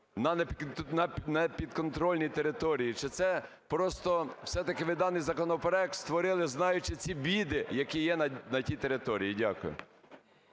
на непідконтрольній території, чи це просто все-таки ви даний законопроект створили, знаючи ці біди, які є на тій території? Дякую.